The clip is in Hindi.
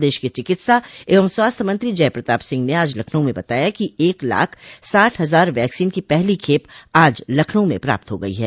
प्रदेश के चिकित्सा एवं स्वास्थ्य मंत्री जय प्रताप सिंह ने आज लखनऊ में बताया कि एक लाख साठ हजार वैक्सीन की पहली खेप आज लखनऊ में प्राप्त हो गई है